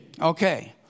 Okay